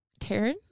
Taryn